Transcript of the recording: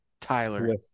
Tyler